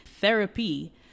Therapy